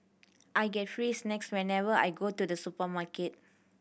I get free snacks whenever I go to the supermarket